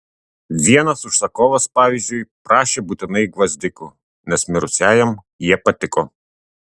vienas užsakovas pavyzdžiui prašė būtinai gvazdikų nes mirusiajam jie patiko